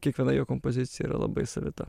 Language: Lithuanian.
kiekviena jo kompozicija yra labai savita